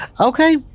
Okay